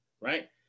right